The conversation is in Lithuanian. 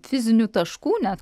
fizinių taškų net